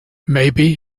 maybe